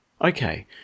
Okay